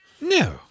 No